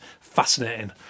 fascinating